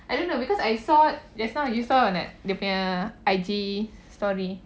I don't know because I saw just now you saw or not dia punya I_G story